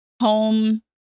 home